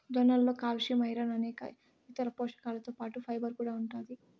జొన్నలలో calcium, iron అనేక ఇతర పోషకాలతో పాటు ఫైబర్ కూడా ఉంటాది